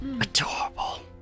Adorable